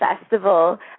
festival